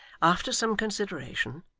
after some consideration,